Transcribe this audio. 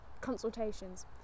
Consultations